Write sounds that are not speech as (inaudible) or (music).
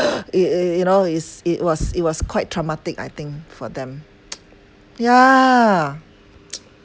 it it you know it's it was it was quite traumatic I think for them (noise) yeah (noise)